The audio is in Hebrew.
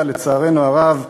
לצערנו הרב,